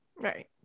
Right